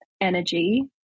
energy